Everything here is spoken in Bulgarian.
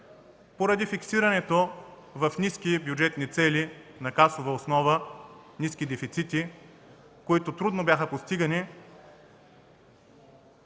Поради фиксирането в ниски бюджетни цели на касова основа, ниски дефицити, които трудно бяха постигани,